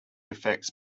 effects